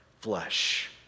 flesh